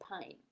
pain